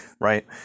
right